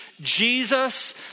Jesus